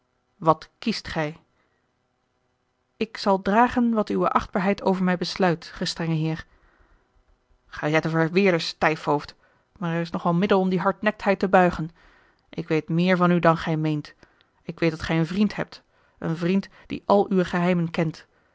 wat kiest gij ik zal dragen wat uwe achtbaarheid over mij besluit gestrenge heer gij zijt een verweerde stijfhoofd maar er is nog wel middel om die hardnektheid te buigen ik weet meer van u dan gij meent ik weet dat gij een vriend hebt een vriend die al uwe geheimen kent